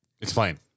Explain